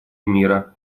мира